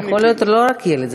זה יכול להיות לא רק ילד,